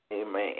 Amen